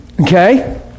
Okay